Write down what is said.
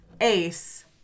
Ace